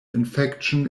infection